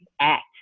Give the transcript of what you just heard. act